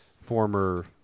former